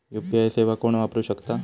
UPI सेवा कोण वापरू शकता?